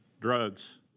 Drugs